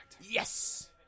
Yes